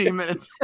minutes